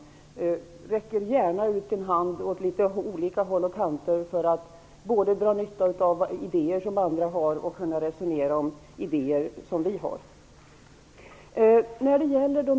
Jag räcker gärna ut en hand åt litet olika håll för att dra nytta av idéer som andra har och för att kunna resonera om våra idéer.